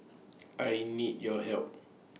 I need your help